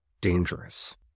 dangerous